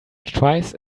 twice